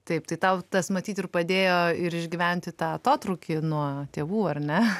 taip tai tau tas matyt ir padėjo ir išgyventi tą atotrūkį nuo tėvų ar ne